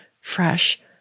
fresh